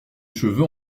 cheveux